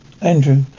Andrew